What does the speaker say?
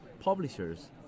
publishers